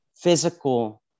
physical